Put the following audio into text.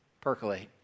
percolate